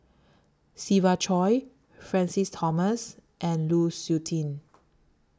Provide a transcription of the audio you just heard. Siva Choy Francis Thomas and Lu Suitin